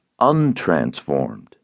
untransformed